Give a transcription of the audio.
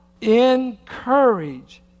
encourage